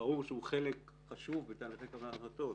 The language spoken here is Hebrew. ברור שהוא חלק חשוב בתהליכי קבלת החלטות,